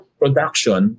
production